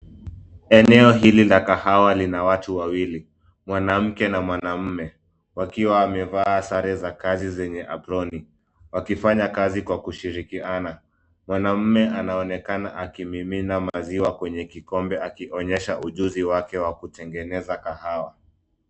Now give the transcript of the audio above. Eneo hili la kahawa lina watu wawili, mwanamke na mwanamme, wakiwa wamevaa sare za kazi zenye aproni, wakifanya kazi kwa kushirikiana. Mwanamme anaonekana akimimina maziwa kwenye kikomba akionyesha ujuzi wake wa kutengeneza kahawa.